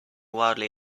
wildly